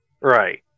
Right